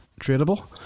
tradable